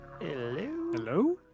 Hello